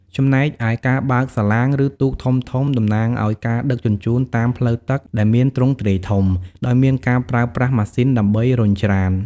ចំណែកឯការបើកសាឡាង ឬទូកធំៗ តំណាងឲ្យការដឹកជញ្ជូនតាមផ្លូវទឹកដែលមានទ្រង់ទ្រាយធំ ដោយមានការប្រើប្រាស់ម៉ាស៊ីនដើម្បីរុញច្រាន។